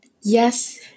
Yes